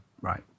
right